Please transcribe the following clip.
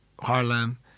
Harlem